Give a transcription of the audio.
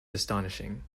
astonishing